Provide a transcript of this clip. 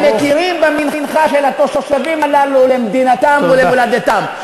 כי הם מכירים במנחה של התושבים הללו למדינתם ולמולדתם.